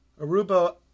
Aruba